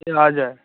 ए हजुर